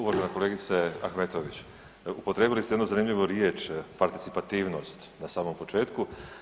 Uvažena kolegice Ahmetović upotrijebili ste jednu zanimljivu riječ „participativnost“ na samom početku.